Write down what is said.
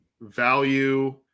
value